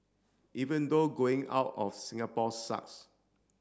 even though going out of Singapore sucks